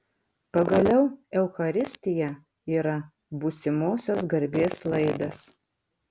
pagaliau eucharistija yra būsimosios garbės laidas